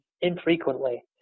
infrequently